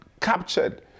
captured